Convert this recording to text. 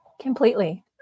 Completely